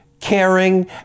caring